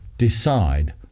Decide